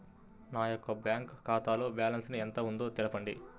నా యొక్క బ్యాంక్ ఖాతాలో బ్యాలెన్స్ ఎంత ఉందో తెలపండి?